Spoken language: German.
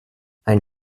ein